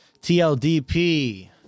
TLDP